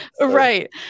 right